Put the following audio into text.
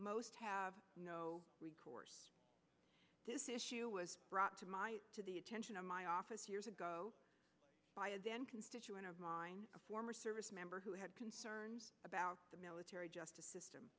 most have no recourse this issue was brought to my to the attention of my office two years ago then constituent of mine a former service member who had concerns about the military justice system